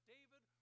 David